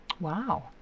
Wow